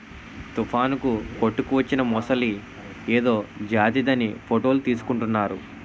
తుఫానుకు కొట్టుకువచ్చిన మొసలి ఏదో జాతిదని ఫోటోలు తీసుకుంటున్నారు